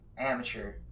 amateur